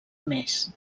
més